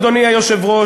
אדוני היושב-ראש,